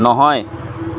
নহয়